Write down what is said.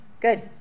Good